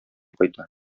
кайта